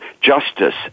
justice